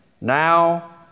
Now